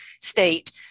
state